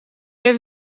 heeft